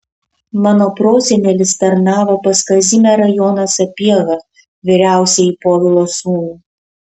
mano prosenelis tarnavo pas kazimierą joną sapiehą vyriausiąjį povilo sūnų